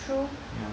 true